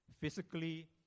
physically